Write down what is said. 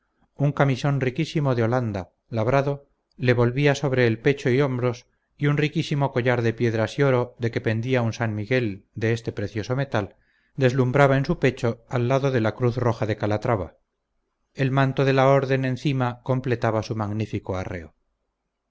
un camisón riquísimo de holanda labrado le volvía sobre el pecho y hombros y un riquísimo collar de piedras y oro de que pendía un san miguel de este precioso metal deslumbraba en su pecho al lado de la cruz roja de calatrava el manto de la orden encima completaba su magnífico arreo